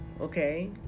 Okay